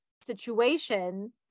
situation